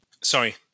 sorry